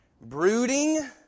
brooding